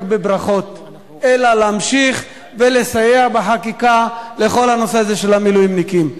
בברכות אלא להמשיך ולסייע בחקיקה לכל הנושא הזה של המילואימניקים.